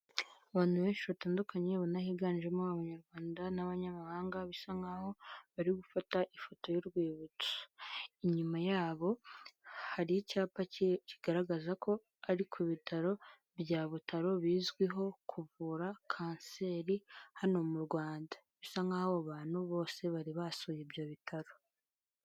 Abantu benshi batandukanye ubona higanjemo Abanyarwanda n'abanyamahanga bisa nk'aho bari gufata ifoto y'urwibutso. Inyuma yabo hari icyapa kigaragaza ko ari ku bitaro bya Butaro bizwiho kuvura kanseri hano mu Rwanda. Bisa nkaho abo bantu bose bari basuye ibyo bitaro.